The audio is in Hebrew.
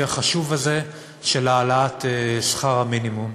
החשוב הזה של העלאת שכר המינימום.